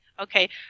Okay